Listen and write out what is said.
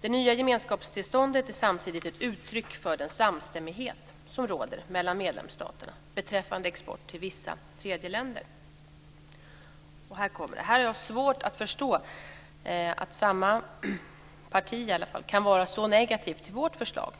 Det nya gemenskapstillståndet är samtidigt ett uttryck för den samstämmighet som råder mellan medlemsstaterna beträffande export till vissa tredjeländer. Jag har svårt att förstå att samma parti kan vara så negativt till vårt förslag.